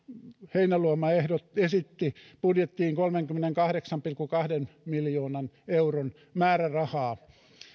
heinäluoma esitti budjettiin kolmenkymmenenkahdeksan pilkku kahden miljoonan euron määrärahaa